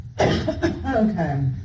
Okay